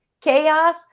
chaos